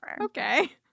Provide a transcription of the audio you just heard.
okay